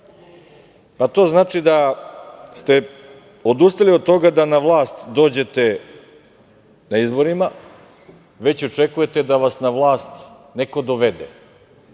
To znači da ste odustali od toga da na vlast dođete na izborima, već očekujete da vas na vlast neko dovede,